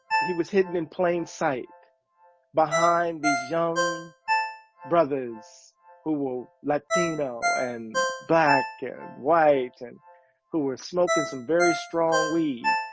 he was hidden in plain sight behind these young brothers who were latino and black and white and who were smoking some very strong weed,